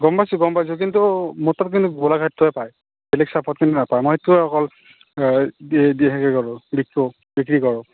গম পাইছোঁ গম পাইছোঁ কিন্তু মোৰ তাত কিন্তু গোলাঘাটটোহে পায় বেলেগ কিন্তু নাপায় মই সেইটোহে অকল দি হেৰি কৰোঁ বিক্ৰী কৰোঁ বিক্ৰী কৰোঁ